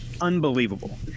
unbelievable